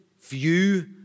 view